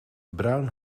bruin